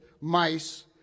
mice